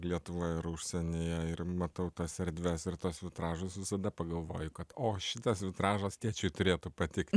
lietuvoje ar užsienyje ir matau tas erdves ir tas vitražas visada pagalvoji kad o šitas vitražas tėčiui turėtų patikt